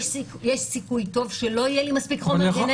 יש סיכוי טוב שלא יהיה לי מספיק חומר גנטי.